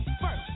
first